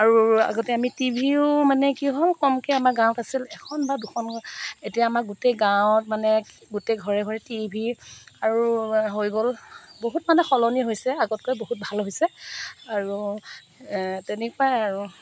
আৰু আগতে আমি টি ভিও মানে কি হ'ল কমকে আমাৰ গাঁৱত আছিল এখন বা দুখন এতিয়া আমাৰ গোটেই গাঁৱত মানে গোটেই ঘৰে ঘৰে টি ভি আৰু হৈ গ'ল বহুত মানে সলনি হৈছে আগতকৈ বহুত ভাল হৈছে আৰু তেনেকুৱাই আৰু